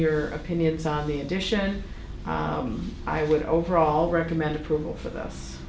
your opinions on the addition i would overall recommend approval for th